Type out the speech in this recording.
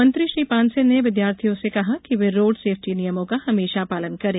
मंत्री श्री पांसे ने विद्यार्थियों से कहा कि वे रोड सेफ्टी नियमों का हमेशा पालन करें